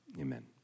Amen